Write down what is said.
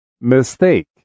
Mistake